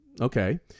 okay